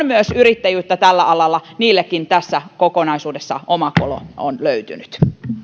myös yrittäjyyttä tällä alalla niin sillekin tässä kokonaisuudessa oma kolo on löytynyt